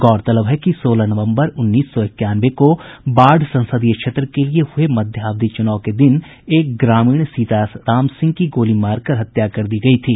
गौरतलब है कि सोलह नवंबर उन्नीस सौ इक्यानवे को बाढ़ संसदीय क्षेत्र के लिए हुए मध्यावधि चुनाव के दिन एक ग्रामीण सीताराम सिंह की गोली मारकर हत्या कर दी गई थी